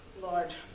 Lord